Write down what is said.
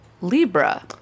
Libra